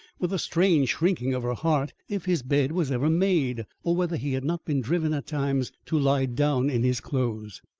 with a strange shrinking of her heart, if his bed was ever made, or whether he had not been driven at times to lie down in his clothes.